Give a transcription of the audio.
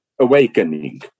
awakening